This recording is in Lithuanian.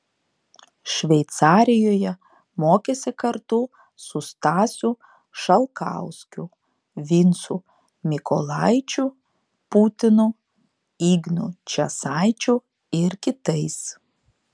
šveicarijoje mokėsi kartu su stasiu šalkauskiu vincu mykolaičiu putinu ignu česaičiu ir kitais